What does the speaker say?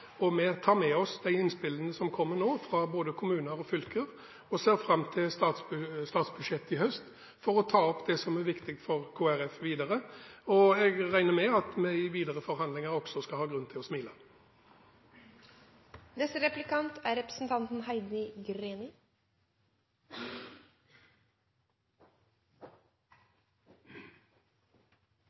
Vi tar med oss de innspillene som nå kommer fra både kommuner og fylker, og ser fram til statsbudsjettet i høst for å ta opp det som er viktig for Kristelig Folkeparti videre. Jeg regner med at vi i videre forhandlinger også skal ha grunn til å smile.